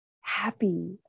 happy